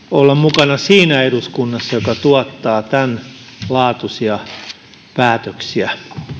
olla mukana siinä eduskunnassa joka tuottaa tämänlaatuisia päätöksiä